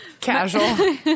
Casual